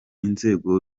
inzego